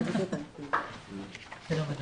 שלום לכולם.